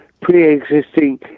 pre-existing